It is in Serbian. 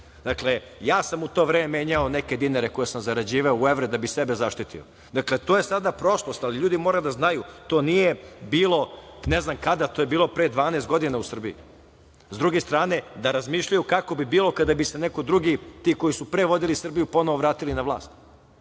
Dakle, ja sam u to vreme menjao neke dinare koje sam zarađivao u evre da bi sebe zaštitio. Dakle, to je sada prošlost, ali ljudi moraju da znaju to nije bilo ne znam kada, to je bilo pre 12 godina u Srbiji. S druge strane, da razmišljaju kako bi bilo kada bi se neko drugi, ti koji su pre vodili Srbiju ponovo vratili na vlast. Dakle,